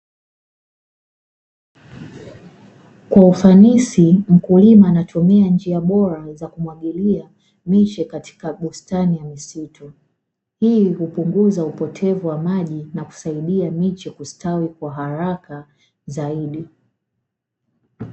Kwa ufanisi mkulima anatumia njia bora za kumwagilia miche katika bustani ya misitu, ili kupunguza upotevu wa maji na kusaidia miche kustawi Kwa haraka zaidi.